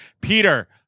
Peter